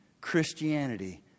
Christianity